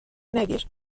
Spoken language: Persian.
نگیر